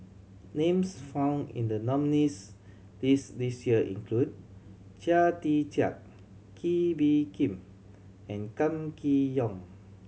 names found in the nominees' list this year include Chia Tee Chiak Kee Bee Khim and Kam Kee Yong